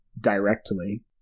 directly